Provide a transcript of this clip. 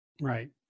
Right